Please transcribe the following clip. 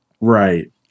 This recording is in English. Right